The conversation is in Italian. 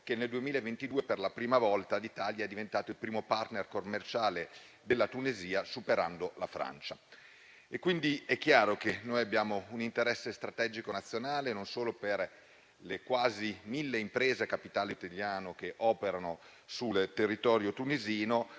che nel 2022 per la prima volta l'Italia è diventato il primo *partner* commerciale della Tunisia superando la Francia. È chiaro, quindi, che abbiamo un interesse strategico nazionale non solo per le quasi mille imprese a capitale italiano che operano sul territorio tunisino,